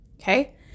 Okay